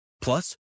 Plus